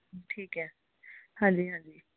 ਠੀਕ ਹੈ ਹਾਂਜੀ ਹਾਂਜੀ